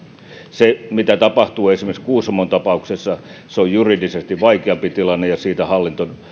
se mitä tapahtui esimerkiksi kuusamon tapauksessa on juridisesti vaikeampi tilanne ja siinä hallinto